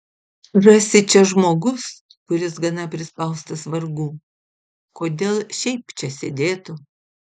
rasi čia žmogus kuris gana prispaustas vargų kodėl šiaip čia sėdėtų